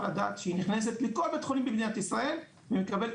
לדעת שהיא נכנסת לכל בית חולים במדינת ישראל ומקבלת